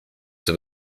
have